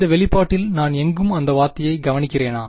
இந்த வெளிப்பாட்டில் நான் எங்கும் அந்த வார்த்தையை கவனிக்கிறேனா